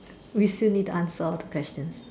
we still need to answer all the question